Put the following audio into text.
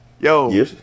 Yo